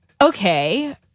okay